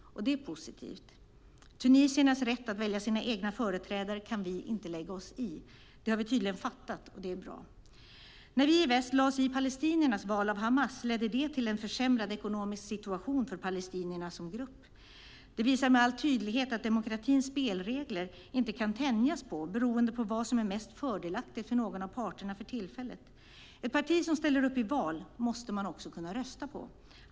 Det är positivt. Tunisiernas rätt att välja sina egna företrädare kan vi inte lägga oss i. Det har vi tydligen fattat, och det är bra. När vi i väst lade oss i palestiniernas val av Hamas ledde det till en försämrad ekonomisk situation för palestinierna som grupp. Det visar med all tydlighet att man inte kan tänja på demokratins spelregler beroende på vad som är mest fördelaktigt för någon av parterna för tillfället. Ett parti som ställer upp i val måste man också kunna rösta på.